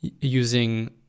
using